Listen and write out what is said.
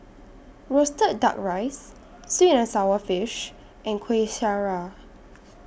Roasted Duck Rice Sweet and Sour Fish and Kueh Syara